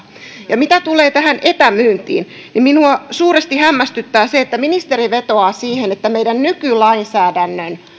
ja mitä tulee tähän etämyyntiin niin minua suuresti hämmästyttää se että ministeri vetoaa siihen että meidän nykylainsäädännön